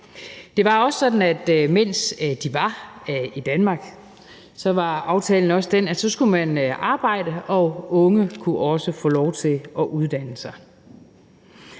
Det var også sådan, at mens de var i Danmark, så var aftalen den, at så skulle man arbejde, og at unge også kunne få lov til at uddanne sig.